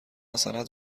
سند